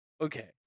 Okay